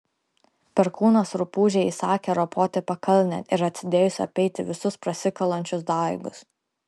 perkūnas rupūžei įsakė ropoti pakalnėn ir atsidėjus apeiti visus prasikalančius daigus